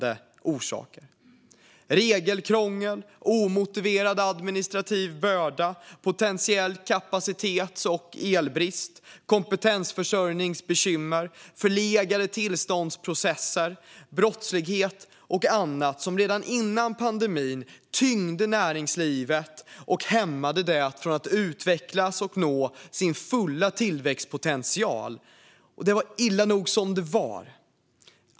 Det handlar om regelkrångel, omotiverad administrativ börda, potentiell kapacitets och elbrist, kompetensförsörjningsbekymmer, förlegade tillståndsprocesser, brottslighet och annat som redan före pandemin tyngde näringslivet och hämmade det från att utvecklas och nå sin fulla tillväxtpotential. Det var illa nog som det var.